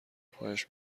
خواهش